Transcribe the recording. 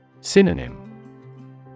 Synonym